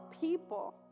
people